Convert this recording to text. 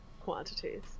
quantities